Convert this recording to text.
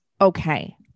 Okay